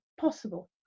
possible